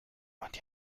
und